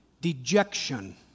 dejection